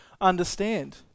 understand